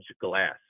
glass